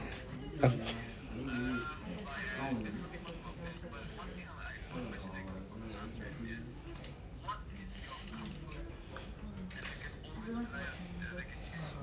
um